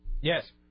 Yes